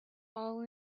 fall